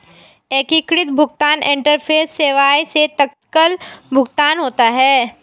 एकीकृत भुगतान इंटरफेस सेवाएं से तत्काल भुगतान होता है